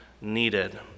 needed